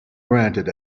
granted